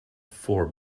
four